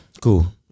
cool